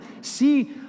see